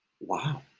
Wow